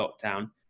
lockdown